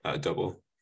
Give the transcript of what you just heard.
double